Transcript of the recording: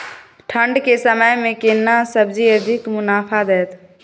ठंढ के समय मे केना सब्जी अधिक मुनाफा दैत?